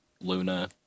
Luna